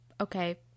okay